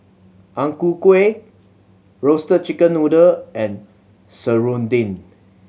Ang Ku Kueh Roasted Chicken Noodle and serunding